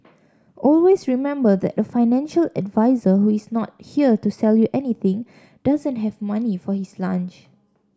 always remember that a financial advisor who is not here to sell you anything doesn't have money for his lunch